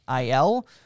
IL